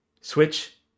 Switch